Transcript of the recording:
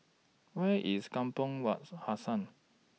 Where IS Kampong Wak's Hassan